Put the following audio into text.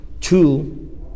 Two